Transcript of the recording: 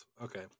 Okay